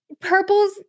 purple's